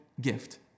gift